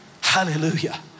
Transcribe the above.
Hallelujah